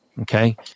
Okay